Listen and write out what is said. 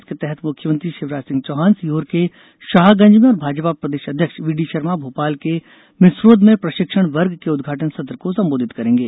इसके तहत मुख्यमंत्री शिवराज सिंह चौहान सीहोर के शाहगंज में और भाजपा प्रदेश अध्यक्ष वीडी शर्मा भोपाल के मिसरोद में प्रशिक्षण वर्ग के उद्घाटन सत्र को संबोधित करेंगे